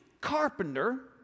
carpenter